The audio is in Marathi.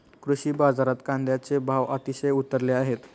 कृषी बाजारात कांद्याचे भाव अतिशय उतरले आहेत